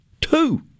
Two